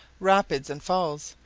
rapids, and falls,